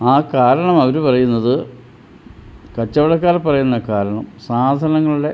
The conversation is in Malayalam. ആ കാരണം അവർ പറയുന്നത് കച്ചവടക്കാർ പറയുന്ന കാരണം സാധനങ്ങളുടെ